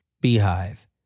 beehive